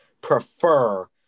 prefer